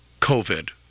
COVID